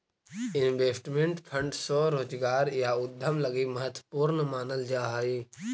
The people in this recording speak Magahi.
इन्वेस्टमेंट फंड स्वरोजगार या उद्यम लगी महत्वपूर्ण मानल जा हई